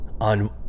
on